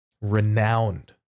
renowned